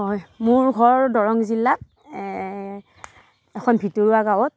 হয় মোৰ ঘৰ দৰং জিলাত এখন ভিতৰুৱা গাঁৱত